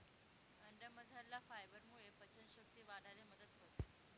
अंडामझरला फायबरमुये पचन शक्ती वाढाले मदत व्हस